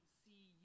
see